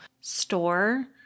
store